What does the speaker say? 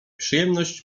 przyjemność